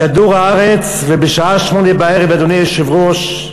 לכדור-הארץ, ובשעה 20:00, אדוני היושב-ראש,